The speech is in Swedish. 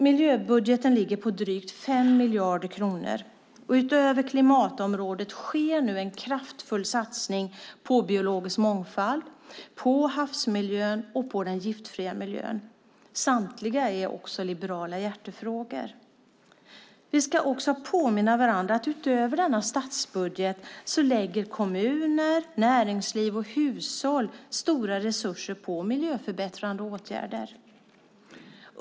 Miljöbudgeten ligger på drygt 5 miljarder kronor. Utöver klimatområdet sker en kraftfull satsning på biologisk mångfald, havsmiljö och giftfri miljö. Samtliga är liberala hjärtefrågor. Jag vill också påminna om att utöver statsbudgeten lägger kommuner, näringsliv och hushåll stora resurser på miljöförbättrande åtgärder.